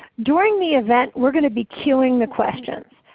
during the event we are going to be cuing the questions.